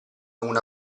una